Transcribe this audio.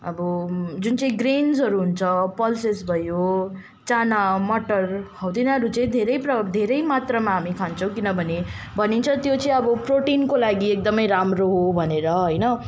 अब जुन चाहिँ ग्रिन्सहरू हुन्छ पल्सेस भयो चाना मटर हो तिनीहरू चाहिँ धेरै प्रयोग धेरै मात्रामा हामी खान्छौँ किनभने भनिन्छ त्यो चाहिँ अब प्रोटिनको लागि एकदमै राम्रो हो भनेर होइन